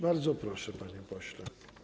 Bardzo proszę, panie pośle.